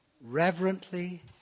reverently